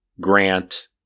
Grant